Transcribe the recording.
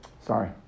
Sorry